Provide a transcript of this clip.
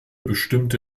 bestimmte